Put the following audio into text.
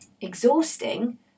exhausting